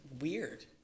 weird